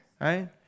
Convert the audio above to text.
right